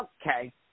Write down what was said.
Okay